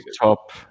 top